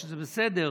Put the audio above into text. וזה בסדר.